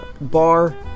bar